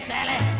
Sally